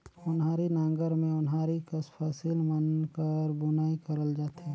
ओन्हारी नांगर मे ओन्हारी कस फसिल मन कर बुनई करल जाथे